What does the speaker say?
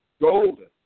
golden